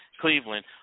Cleveland